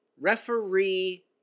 referee